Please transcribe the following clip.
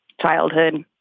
childhood